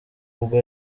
ubwo